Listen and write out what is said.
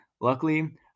Luckily